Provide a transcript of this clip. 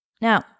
Now